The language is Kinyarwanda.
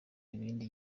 izindi